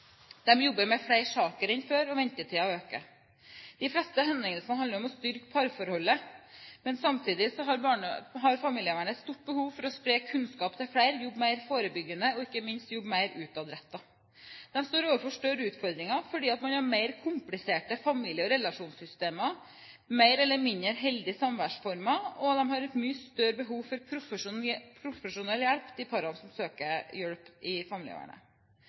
jobber med flere saker enn før, og ventetiden øker. De fleste henvendelsene handler om å styrke parforholdet. Samtidig har familievernet et stort behov for å spre kunnskap til flere, jobbe mer forebyggende og ikke minst jobbe mer utadrettet. De står overfor større utfordringer, fordi man har flere kompliserte familie- og relasjonssystemer, mer eller mindre heldige samværsformer, og de parene som søker hjelp i familievernet, har et mye større behov for profesjonell hjelp.